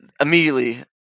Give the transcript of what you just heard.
immediately